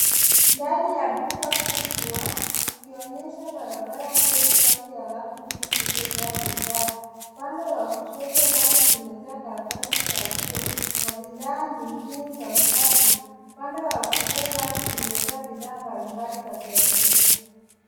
Ndani ya duka kubwa ikionyesha barabara ndefu kati ya rafu mbili zilizojaa bidhaa. Upande wa kushoto rafu zimejaa karatasi za choo na bidhaa nyingine za usafi. Upande wa kulia rafu zimejaa bidhaa mbalimbali za vyakula.